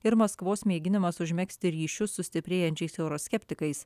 ir maskvos mėginimas užmegzti ryšius su stiprėjančiais euroskeptikais